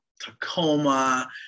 Tacoma